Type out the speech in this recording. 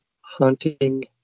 hunting